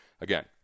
again